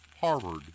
Harvard